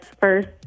first